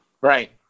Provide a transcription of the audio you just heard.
right